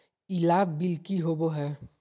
ई लाभ बिल की होबो हैं?